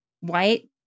white